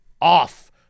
off